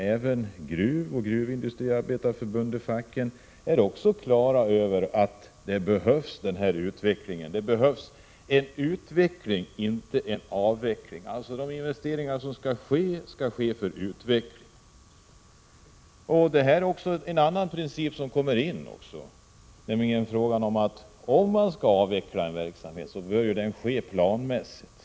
Även gruvfacken är på det klara med att det behövs en utveckling, inte en avveckling. De investeringar som skall ske, skall ske för utveckling. Här kommer också en annan princip in. Om man skall avveckla en verksamhet, bör detta ske planmässigt.